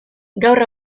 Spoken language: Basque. gaur